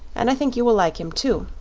and i think you will like him, too.